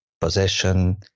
possession